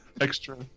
extra